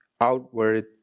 outward